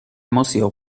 emozio